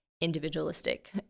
individualistic